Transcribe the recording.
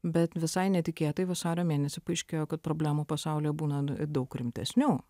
bet visai netikėtai vasario mėnesį paaiškėjo kad problemų pasaulyje būna daug rimtesnių